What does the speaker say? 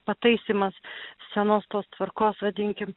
pataisymas senos tos tvarkos vadinkim